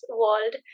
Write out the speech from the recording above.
world